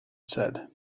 said